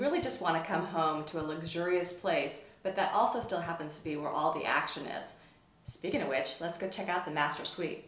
just want to come home to a luxurious place but that also still happens to be where all the action is speaking of which let's go check out the master